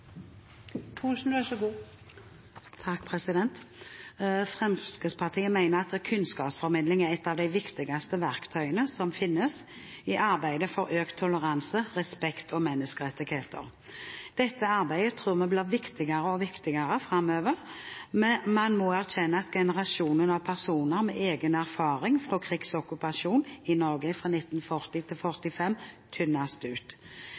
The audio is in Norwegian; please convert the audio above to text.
penger, og så å si fullfinansiere mange av sentrene, å ha en mening om dette. Fremskrittspartiet mener at kunnskapsformidling er et av de viktigste verktøyene som finnes i arbeidet for økt toleranse, respekt og menneskerettigheter. Dette arbeidet tror vi blir viktigere og viktigere framover. Man må erkjenne at generasjonene av personer med egen erfaring fra krigsokkupasjonen i Norge fra 1940 til 1945 tynnes ut.